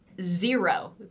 zero